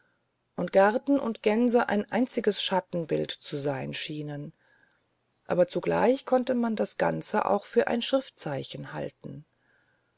und garten und gänse ein einziges schattenbild zu sein schienen aber zugleich konnte man das ganze auch für ein schriftzeichen halten